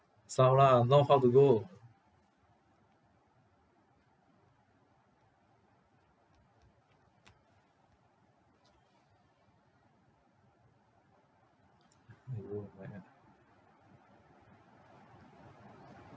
south lah north know how to go !aiyo!